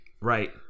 Right